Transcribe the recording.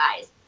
guys